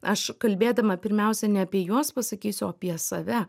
aš kalbėdama pirmiausia ne apie juos pasakysiu o apie save